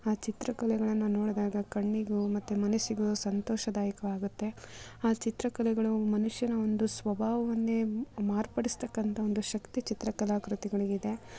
ಆ ಚಿತ್ರಕಲೆಗಳನ್ನು ನೋಡ್ದಾಗ ಕಣ್ಣಿಗು ಮತ್ತು ಮನಸ್ಸಿಗು ಸಂತೋಷದಾಯಕವಾಗುತ್ತೆ ಆ ಚಿತ್ರಕಲೆಗಳು ಮನುಷ್ಯನ ಒಂದು ಸ್ವಭಾವವನ್ನೇ ಮಾರ್ಪಡಿಸ್ತಕ್ಕಂಥ ಒಂದು ಶಕ್ತಿ ಚಿತ್ರಕಲಾ ಕೃತಿಗಳಿಗಿದೆ